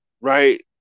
right